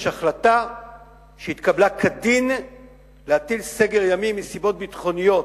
יש החלטה שהתקבלה כדין להטיל סגר ימי מסיבות ביטחוניות,